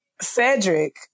Cedric